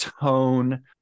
tone